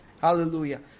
Hallelujah